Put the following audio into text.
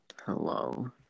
Hello